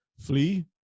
flee